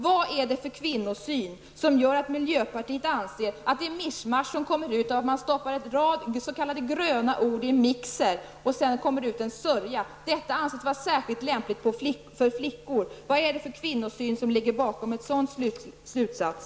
Vad är det för kvinnosyn som gör att miljöpartiet anser att det mischmasch som kommer ut när man stoppar en rad s.k. gröna ord i en mixer som kommer ut i en sörja skall vara särskilt lämpligt för flickor? Vad är det för kvinnosyn som ligger bakom en sådan slutsats?